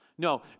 No